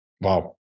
wow